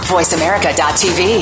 VoiceAmerica.tv